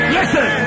Listen